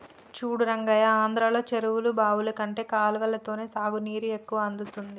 చూడు రంగయ్య ఆంధ్రలో చెరువులు బావులు కంటే కాలవలతోనే సాగునీరు ఎక్కువ అందుతుంది